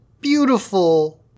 beautiful